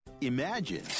Imagine